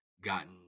gotten